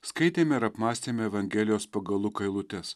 skaitėme ir apmąstėme evangelijos pagal luką eilutes